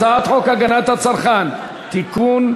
הצעת חוק הגנת הצרכן (תיקון,